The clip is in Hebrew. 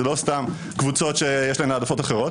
זה לא סתם קבוצות שיש להן העדפות אחרות.